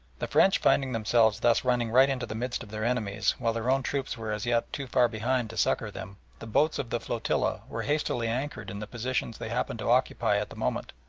the french finding themselves thus running right into the midst of their enemies, while their own troops were as yet too far behind to succour them, the boats of the flotilla were hastily anchored in the positions they happened to occupy at the moment.